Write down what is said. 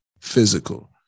physical